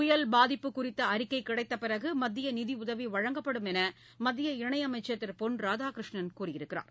புயல் பாதிப்பு குறித்த அறிக்கை கிடைத்த பிறகு மத்திய நிதியுதவி வழங்கப்படும் என மத்திய இணயமைச்சர் திரு பொன் ராதாகிருஷ்ணன் கூறியுள்ளார்